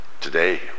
today